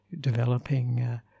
developing